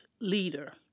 leader